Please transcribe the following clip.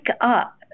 up